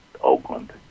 Oakland